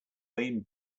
way